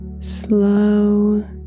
Slow